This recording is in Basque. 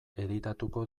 editatuko